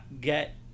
get